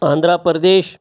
Andhra Pradesh